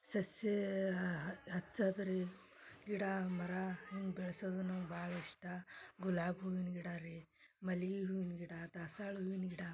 ಸಸಿ ಹಚ್ಚೋದು ರೀ ಗಿಡ ಮರ ಹಿಂಗೆ ಬೆಳೆಸೋದು ನಮ್ಗೆ ಭಾಳ ಇಷ್ಟ ಗುಲಾಬಿ ಹೂವಿನ ಗಿಡ ರೀ ಮಲ್ಗೆ ಹೂವಿನ ಗಿಡ ದಾಸ್ವಾಳ್ ಹೂವಿನ ಗಿಡ